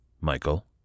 Michael